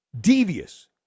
devious